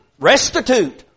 restitute